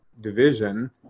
division